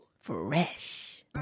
Fresh